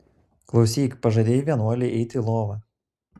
klausyk pažadėjai vienuolei eiti į lovą